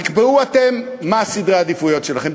תקבעו אתם מה סדרי העדיפויות שלכם,